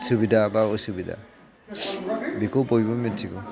सुबिदा बा असुबिदा बेखौ बयबो मिथिगौ